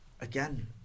again